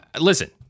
Listen